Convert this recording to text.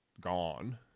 gone